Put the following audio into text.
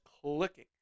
clicking